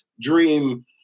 Dream